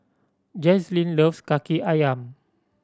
Jazlynn loves Kaki Ayam